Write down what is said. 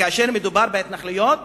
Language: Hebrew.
וכאשר מדובר בהתנחלויות,